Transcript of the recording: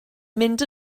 mynd